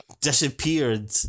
disappeared